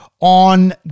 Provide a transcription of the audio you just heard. on